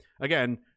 Again